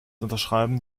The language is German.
unterschreiben